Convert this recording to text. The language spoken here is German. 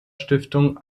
stiftung